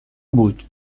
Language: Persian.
بود